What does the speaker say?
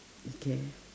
okay